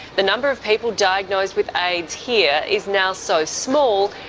the number of people diagnosed with aids here is now so small,